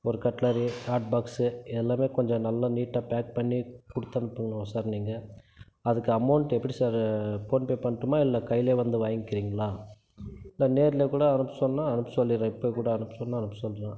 ஒரு cutlery hotbox எல்லாமே கொஞ்சம் நல்ல நீட்டா பேக் பண்ணி கொடுத்தப்பணும் சார் நீங்கள் அதுக்கு அமௌண்ட்டு எப்படி சார் ஃபோன்பே பண்ணட்டுமா இல்லை கையில் வந்து வாங்கிக்கிறீங்களா இல்லை நேரில் கூட அனுப்ப சொன்னால் அனுப்ப சொல்லிடுறேன் இப்போக்கூட அனுப்ப சொன்னால் அனுப்ப சொல்கிறேன்